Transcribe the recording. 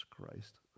Christ